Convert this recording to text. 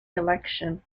election